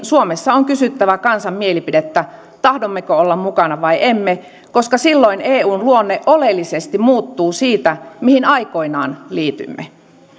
suomessa on kysyttävä kansan mielipidettä tahdommeko olla mukana vai emme koska silloin eun luonne oleellisesti muuttuu siitä mihin aikoinaan liityimme